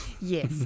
Yes